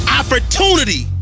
opportunity